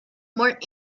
more